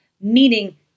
meaning